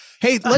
Hey